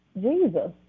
Jesus